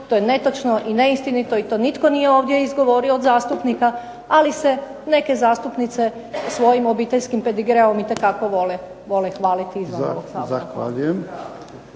to je netočno i neistinito i to nitko nije izgovorio ovdje od zastupnika, ali se neke zastupnice svojim obiteljskim pedigreom itekako vole hvaliti